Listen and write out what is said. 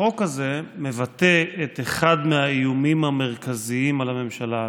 החוק הזה מבטא את אחד מהאיומים המרכזיים על הממשלה הזו.